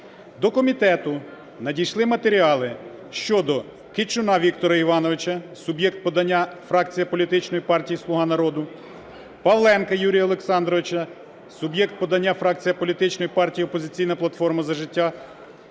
До комітету надійшли матеріали щодо Кичуна Віктора Івановича (суб'єкт подання – фракція політичної партії "Слуга народу"), Павленка Юрія Олексійовича (суб'єкт подання – фракція політичної партії "Опозиційна платформа – За життя"),